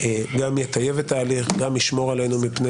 גם יטייב את ההליך וגם ישמור עלינו מפני